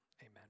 Amen